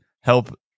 help